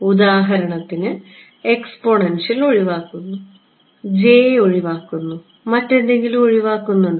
ഉദാഹരണത്തിന് എക്സ്പോണൻഷ്യൽ ഒഴിവാക്കുന്നു j ഒഴിവാക്കുന്നു മറ്റെന്തെങ്കിലും ഒഴിവാക്കുന്നുണ്ടോ